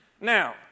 Now